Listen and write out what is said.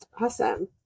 Awesome